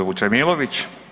Vučemilović.